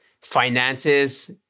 finances